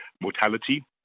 mortality